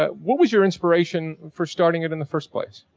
but what was your inspiration for starting it in the first place?